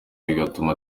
bigatuma